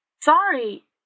Sorry